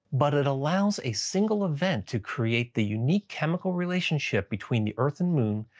but it allows a single event to create the unique chemical relationship between the earth and moon,